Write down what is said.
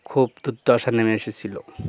খুব দুর্দশা নেমে এসেছিলো